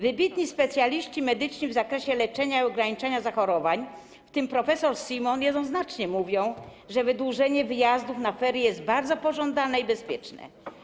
Wybitni specjaliści medyczni w zakresie leczenia i ograniczania zachorowań, w tym prof. Simon, jednoznacznie mówią, że wydłużenie wyjazdów na ferie jest bardzo pożądane i bezpieczne.